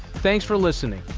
thanks for listening.